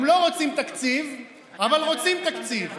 הם לא רוצים תקציב אבל רוצים תקציב,